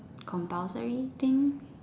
compulsory thing